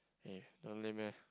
eh don't lame eh